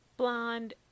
blonde